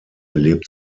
lebt